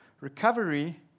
recovery